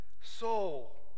soul